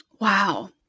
Wow